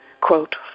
Quote